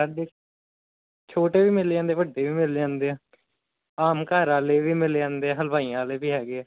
ਛੋਟੇ ਵੀ ਮਿਲ ਜਾਂਦੇ ਵੱਡੇ ਵੀ ਮਿਲ ਜਾਂਦੇ ਆ ਆਮ ਘਰ ਵਾਲੇ ਵੀ ਮਿਲ ਜਾਂਦੇ ਆ ਹਲਵਾਈਆਂ ਵਾਲੇ ਵੀ ਹੈਗੇ